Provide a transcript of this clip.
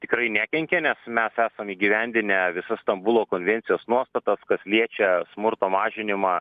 tikrai nekenkia nes mes esam įgyvendinę visas stambulo konvencijos nuostatas kas liečia smurto mažinimą